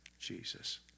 Jesus